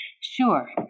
Sure